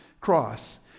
cross